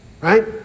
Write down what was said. right